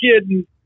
kidding